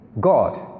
God